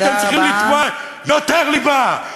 הייתם צריכים לתבוע יותר ליבה,